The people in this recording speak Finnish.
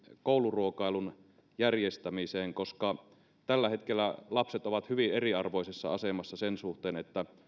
kouluruokailun järjestämisestä koska tällä hetkellä lapset ovat hyvin eriarvoisessa asemassa sen suhteen